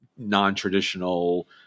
non-traditional